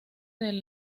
del